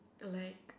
like